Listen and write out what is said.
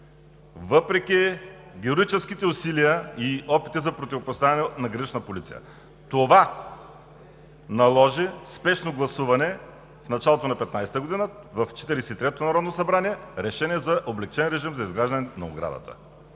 въпреки героическите усилия и опити за противопоставяне на „Гранична полиция“. Това наложи спешно гласуване в началото на 2015 г., в Четиридесет и третото народно събрание, на решение за облекчен режим за изграждането на оградата.